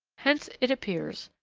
hence, it appears,